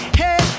hey